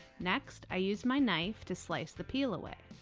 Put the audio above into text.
next, i use my knife to slice the peel away.